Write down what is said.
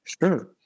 Sure